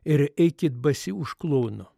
ir eikit basi už kluono